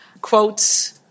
quotes